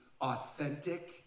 authentic